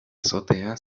azotea